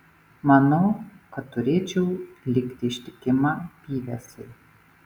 manau kad turėčiau likti ištikima pyvesai